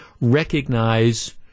recognize